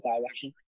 direction